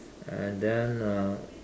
and then uh